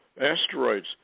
asteroids